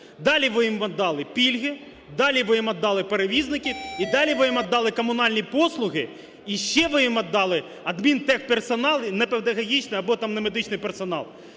Далі ви їм отдали пільги, далі ви їм отдали перевізників і далі ви їм отдали комунальні послуги і ще ви їм віддали адмінтехперсонал і непедагогічний або там немедичний персонал.